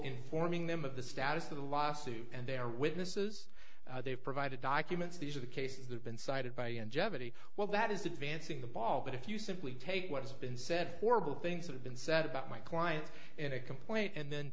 informing them of the status of the lawsuit and they are witnesses they've provided documents these are the cases they've been cited by and jeopardy well that is advancing the ball but if you simply take what has been said horrible things have been said about my client in a complaint and then